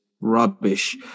rubbish